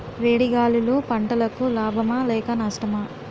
వేడి గాలులు పంటలకు లాభమా లేక నష్టమా?